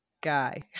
guy